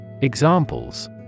Examples